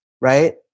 right